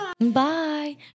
Bye